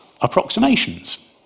approximations